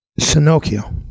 Sinocchio